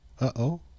Uh-oh